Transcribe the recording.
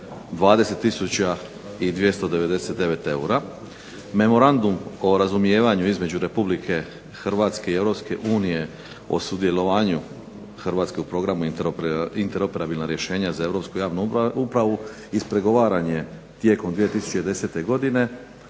i 299 eura. Memorandum o razumijevanju između Republike Hrvatske i Europske unije o sudjelovanju Hrvatske u Programu interoperabilna rješenja za europsku javnu upravu ispregovaran je tijekom 2010. godine,